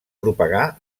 propagar